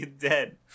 dead